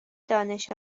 دانش